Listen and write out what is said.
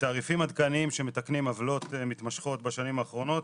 תעריפים עדכניים שמתקנים עוולות מתמשכות בשנים האחרונות